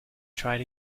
tried